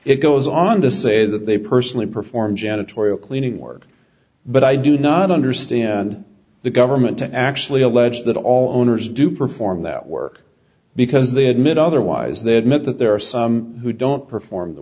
it goes on to say that they personally perform janitorial cleaning work but i do not understand the government to actually allege that all owners do perform that work because they admit otherwise they admit that there are some who don't perform the